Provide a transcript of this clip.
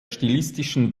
stilistischen